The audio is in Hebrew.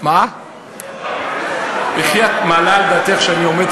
יש כבר רוב כאן.